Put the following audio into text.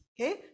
Okay